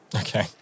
Okay